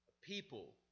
People